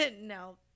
no